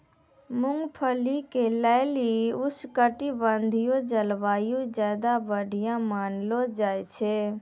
मूंगफली के लेली उष्णकटिबंधिय जलवायु ज्यादा बढ़िया मानलो जाय छै